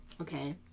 Okay